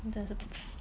你真的是